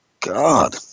God